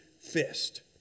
fist